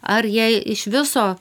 ar jie iš viso